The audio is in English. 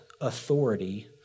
authority